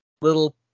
Little